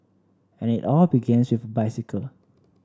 and it all begins with bicycle